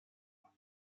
hang